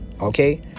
Okay